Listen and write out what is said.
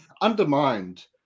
undermined